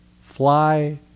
fly